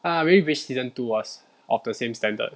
a'ah really wished season two was of the same standard